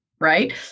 Right